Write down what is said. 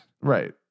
Right